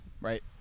right